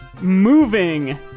moving